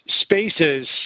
spaces